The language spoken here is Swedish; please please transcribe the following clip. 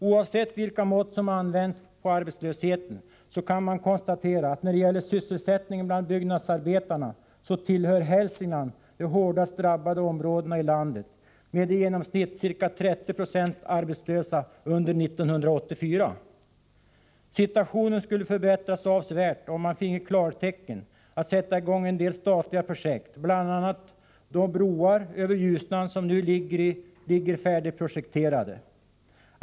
Oavsett vilka mått som används på arbetslösheten kan man konstatera att när det gäller sysselsättningen bland byggnadsarbetarna tillhör Hälsingland de hårdast drabbade områdena i landet, med i genomsnitt ca 30 96 arbetslösa under 1984. Situationen skulle förbättras avsevärt om man fick klartecken att sätta i gång en del statliga projekt, bl.a. de broar över Ljusnan som nu ligger färdigprojekterade.